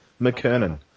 McKernan